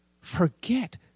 forget